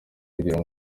kugira